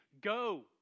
go